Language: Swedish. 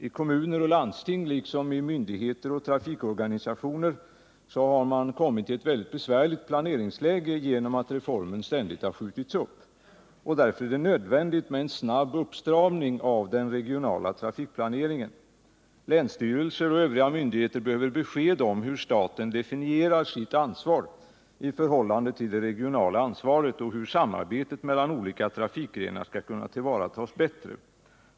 I kommuner och landsting liksom i myndigheter och trafikorganisationer har man kommit i ett väldigt besvärligt planeringsläge genom att reformen ständigt skjutits upp. Därför är det nödvändigt med en snabb uppstramning av den regionala trafikplaneringen. Länsstyrelser och övriga myndigheter måste få besked om hur staten definierar sitt ansvar i förhållande till det regionala ansvaret och om hur samarbetet mellan olika trafikgrenar bättre skall kunna tillvaratas.